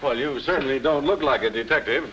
well you certainly don't look like a detective